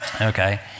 Okay